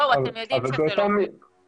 בואו, אתם יודעים שזה לא עובד.